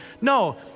No